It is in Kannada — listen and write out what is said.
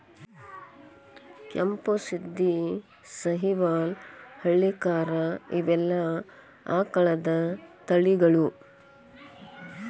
ಕೆಂಪು ಶಿಂದಿ, ಸಹಿವಾಲ್ ಹಳ್ಳಿಕಾರ ಇವೆಲ್ಲಾ ಆಕಳದ ತಳಿಗಳು